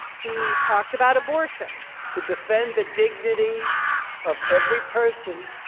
he talked about abortion to defend the dignity of every person,